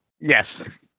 Yes